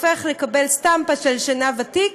מקבל סטמפה של שנהב עתיק,